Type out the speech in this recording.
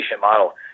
model